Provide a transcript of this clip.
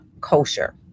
kosher